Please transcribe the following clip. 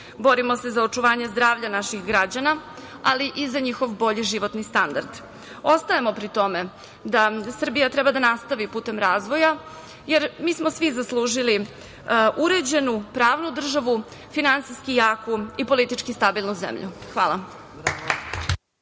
Borimo se za očuvanje zdravlja naših građana, ali i za njihov bolji životni standard. Ostajemo pri tome da Srbija treba da nastavi putem razvoja, jer mi smo svi zaslužili uređenu, pravnu državu, finansijski jaku i politički stabilnu zemlju. Hvala.